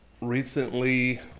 Recently